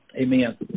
amen